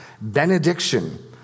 benediction